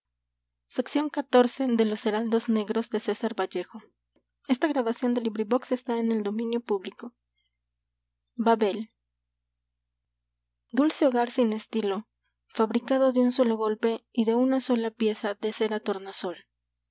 dulce hogar sin estilo fabricado de un sólo golpe y de una sola pieza de cera tornasol